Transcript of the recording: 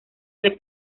del